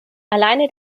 alleine